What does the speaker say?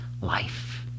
life